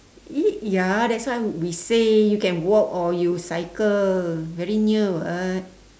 y~ ya that's why we say you can walk or you cycle very near [what]